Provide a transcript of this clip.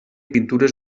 pintures